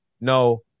No